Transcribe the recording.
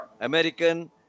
American